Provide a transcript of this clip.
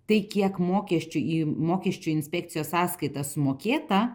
tai kiek mokesčių į mokesčių inspekcijos sąskaitą sumokėta